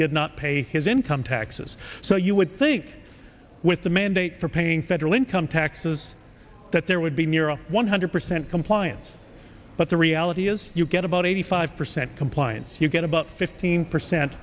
did not pay his income taxes so you would think with the mandate for paying federal income taxes that there would be near a one hundred percent compliance but the reality is you get about eighty five percent compliance you get about fifteen percent